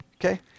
Okay